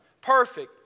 perfect